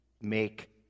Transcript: make